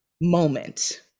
moment